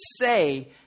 say